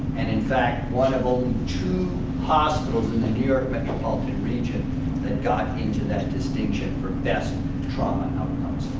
and in fact, one of only two hospitals in the new york metropolitan region that got into that distinction for best trauma outcomes.